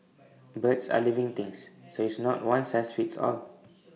birds are living things so it's not one size fits all